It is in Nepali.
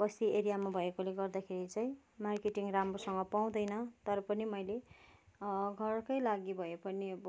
बस्ती एरियामा भएकोले गर्दाखेरि चाहिँ मार्केटिङ राम्रोसँग पाउँदैन तर पनि मैले घरकै लागि भए पनि अब